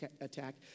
attack